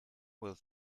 well